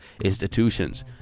institutions